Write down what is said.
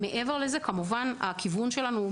מעבר לכך, הכיוון שלנו הוא